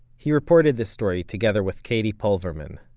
he reported this story together with katie pulverman.